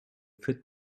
fit